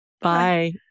Bye